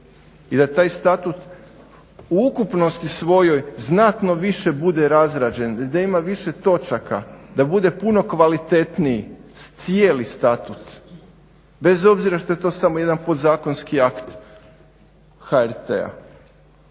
i da taj statut u ukupnosti svojoj znatno više bude razrađen, da ima više točaka, da bude puno kvalitetniji, cijeli statut, bez obzira što je to samo jedan podzakonski akt HRT-a.